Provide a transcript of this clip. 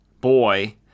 Boy